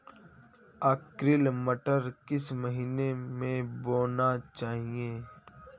Arkel मटर किस महीना में बोना चाहिए?